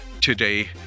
today